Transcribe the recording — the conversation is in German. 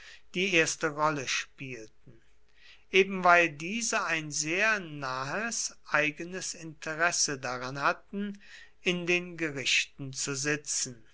die erste rolle spielten eben weil diese ein sehr nahes eigenes interesse daran hatten in den gerichten zu sitzen